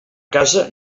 casa